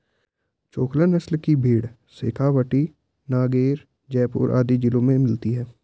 चोकला नस्ल की भेंड़ शेखावटी, नागैर, जयपुर आदि जिलों में मिलती हैं